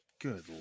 good